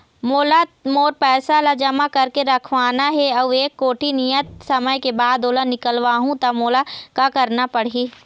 मोला मोर पैसा ला जमा करके रखवाना हे अऊ एक कोठी नियत समय के बाद ओला निकलवा हु ता मोला का करना पड़ही?